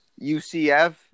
UCF